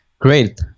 Great